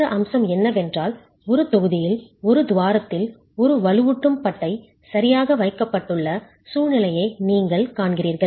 மற்ற அம்சம் என்னவென்றால் ஒரு தொகுதியில் ஒரு துவாரத்தில் ஒரு வலுவூட்டும் பட்டை சரியாக வைக்கப்பட்டுள்ள சூழ்நிலையை நீங்கள் காண்கிறீர்கள்